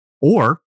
Or-